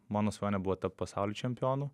mano svajonė buvo tapt pasaulio čempionu